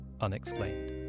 unexplained